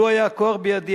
לו היה הכוח בידי,